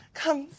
come